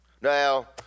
Now